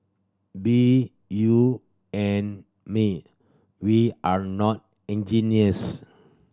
be you and me we are not engineers